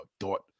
thought